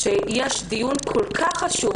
צר לי שהם לא נוכחים